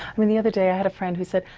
i mean, the other day i had a friend who said,